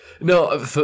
No